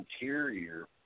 interior